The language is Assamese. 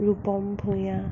ৰূপম ভূঞা